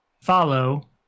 follow